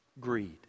Greed